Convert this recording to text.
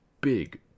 big